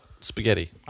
spaghetti